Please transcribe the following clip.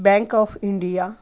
bank of India